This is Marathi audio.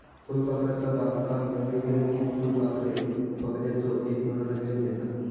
फुलपाखरूचा बागकाम रंगीबेरंगीत फुलपाखरे बघण्याचो एक मनोरंजन देता